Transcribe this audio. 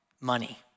money